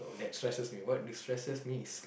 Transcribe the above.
that stresses me what do stresses me